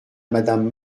madame